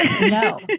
No